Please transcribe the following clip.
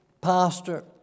pastor